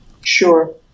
Sure